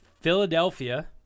Philadelphia